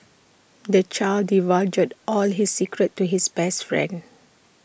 the child divulged all his secrets to his best friend